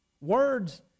Words